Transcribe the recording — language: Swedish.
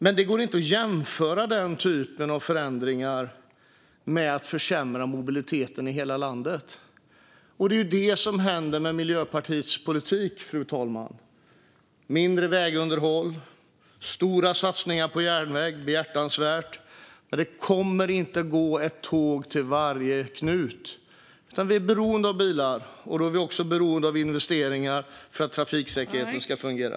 Men det går inte att jämföra den typen av förändringar med att försämra mobiliteten i hela landet. Och det är det, fru talman, som händer med Miljöpartiets politik. Det blir mindre vägunderhåll och stora satsningar på järnväg, vilket är behjärtansvärt. Men det kommer inte att gå ett tåg till varje knut. Vi är beroende av bilar, och då är vi också beroende av investeringar för att trafiksäkerheten ska fungera.